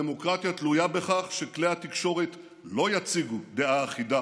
הדמוקרטיה תלויה בכך שכלי התקשורת לא יציגו דעה אחידה,